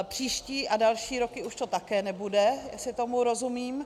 Příští a další roky už to také nebude, jestli tomu rozumím.